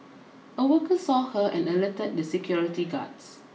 a worker saw her and alerted the security guards